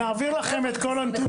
נעביר לכם את כל הנתונים.